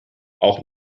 auch